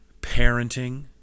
parenting